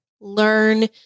learn